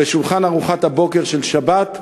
ליד שולחן ארוחת בוקר של שבת,